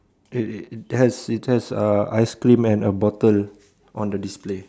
eh eh has it has uh ice cream and a bottle on the display